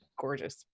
gorgeous